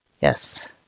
Yes